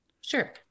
Sure